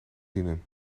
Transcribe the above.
dienen